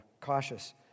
cautious